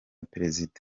perezida